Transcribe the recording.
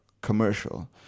commercial